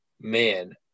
man